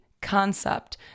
concept